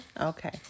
Okay